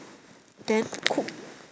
then cook